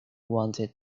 wanted